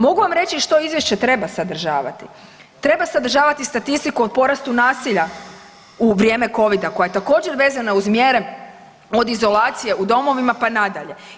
Mogu vam reći što izvješće treba sadržavati, treba sadržavati statistiku o porastu nasilja u vrijeme Covida koja je također vezana uz mjere od izolacije u domovima pa nadalje.